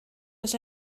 was